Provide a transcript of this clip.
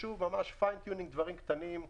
לעשות שיפורים,